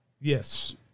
Yes